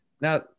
Now